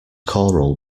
choral